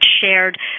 shared